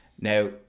Now